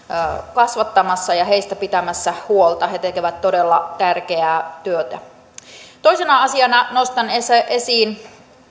kasvattamassa ja heistä pitämässä huolta he tekevät todella tärkeää työtä toisena asiana nostan esiin